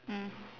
mm